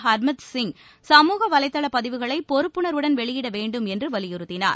இஹர்மித் சிங் சமூக வலைதளப் பதிவுகளை பொறுப்புணர்வுடன் வெளியிட வேண்டும் என்று வலியுறுத்தினார்